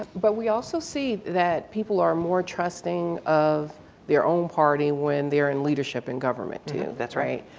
but we also see that people are more trusting of their own party when they're in leadership in government to you that's right